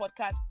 podcast